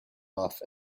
off